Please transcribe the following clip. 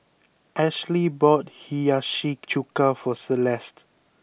Ashely bought Hiyashi chuka for Celeste